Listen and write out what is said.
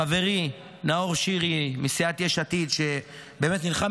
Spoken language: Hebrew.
חברי נאור שירי מסיעת יש עתיד באמת נלחם